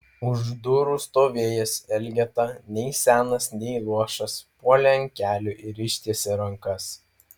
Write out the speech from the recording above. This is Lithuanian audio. už durų stovėjęs elgeta nei senas nei luošas puolė ant kelių ir ištiesė rankas